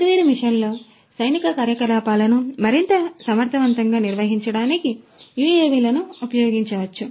వేర్వేరు మిషన్ల సైనిక కార్యకలాపాలను మరింత సమర్థవంతంగా నిర్వహించడానికి యుఎవిలను ఉపయోగించవచ్చు